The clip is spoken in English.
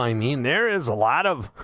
i mean there is a lot of